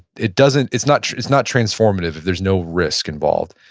it doesn't, it's not it's not transformative if there's no risk involved.